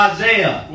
Isaiah